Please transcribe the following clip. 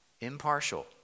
impartial